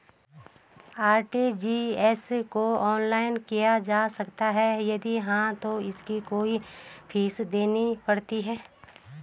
RTGS को online किया जा सकता है यदि हाँ तो इसकी कोई फीस देनी पड़ती है?